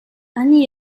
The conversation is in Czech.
ani